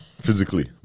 Physically